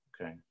Okay